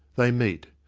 they meet.